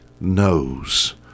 knows